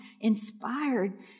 inspired